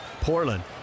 Portland